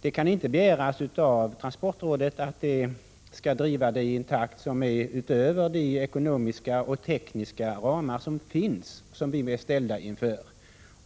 Det kan inte begäras av transportrådet att det skall driva handikappanpassningen i en takt som går utöver de ekonomiska och tekniska ramar som finns och som vi är ställda inför.